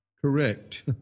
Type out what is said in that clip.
correct